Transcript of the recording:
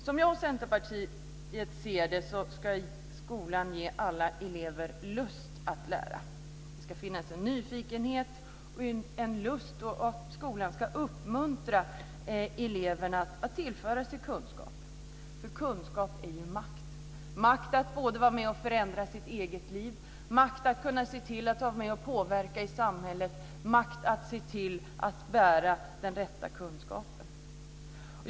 Som jag och Centerpartiet ser saken ska skolan ge alla elever en lust att lära. Det ska finnas en nyfikenhet och en lust. Skolan ska uppmuntra eleverna att tillföra sig kunskaper. Kunskap är ju makt - makt att vara med och förändra sitt eget liv, makt att kunna se till att man är med och påverkar i samhället och makt att se till att den rätta kunskapen bärs.